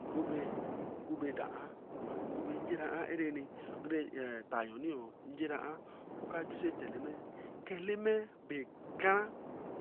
Ngobe doan but ngobe erani, eta oni njeraran. ka ju san eta eleme. Eleme bae karan